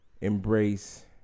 embrace